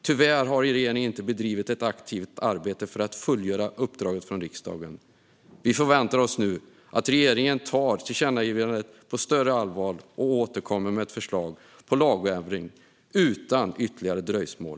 Tyvärr har regeringen inte bedrivit ett aktivt arbete för att fullgöra uppdraget från riksdagen. Vi förväntar oss nu att regeringen tar tillkännagivandet på större allvar och återkommer med ett förslag till lagändring utan ytterligare dröjsmål.